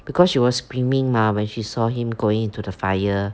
because she was screaming mah when she saw him going into the fire